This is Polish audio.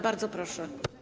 Bardzo proszę.